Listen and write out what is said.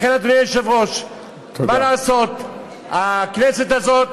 לכן, אדוני היושב-ראש, מה לעשות, הכנסת הזאת